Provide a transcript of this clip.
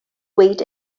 wait